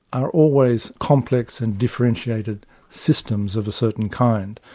are always complex and differentiated systems of a certain kind.